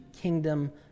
kingdom